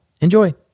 enjoy